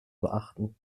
beachten